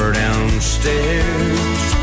downstairs